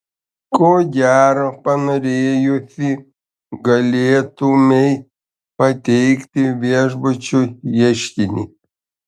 ko gero panorėjusi galėtumei pateikti viešbučiui ieškinį